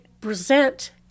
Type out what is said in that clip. present